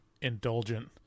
indulgent